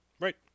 Right